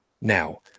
now